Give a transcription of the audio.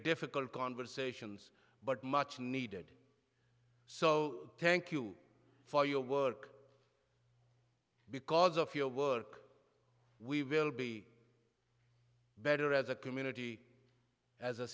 difficult conversations but much needed so thank you for your work because of your work we will be better as a community as a